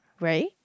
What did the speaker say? Right